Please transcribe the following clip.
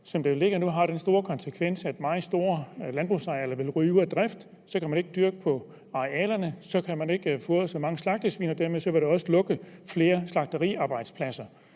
Som det ligger nu, har det den store konsekvens, at meget store landbrugsarealer vil ryge ud af drift – så kan man ikke dyrke arealerne, så kan man ikke fodre så mange slagtesvin, og dermed vil det også lukke flere slagteriarbejdspladser.